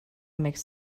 make